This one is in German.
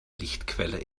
lichtquelle